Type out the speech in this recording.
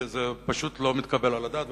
זה פשוט לא מתקבל על הדעת.